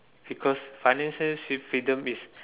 because financial free~ freedom is